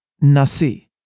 nasi